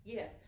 Yes